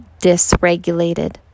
dysregulated